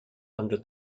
under